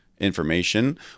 information